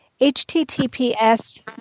https